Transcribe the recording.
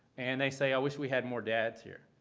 and they say, i wish we had more dads here.